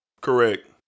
Correct